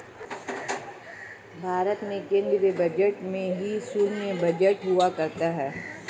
भारत के केन्द्रीय बजट में ही सैन्य बजट हुआ करता है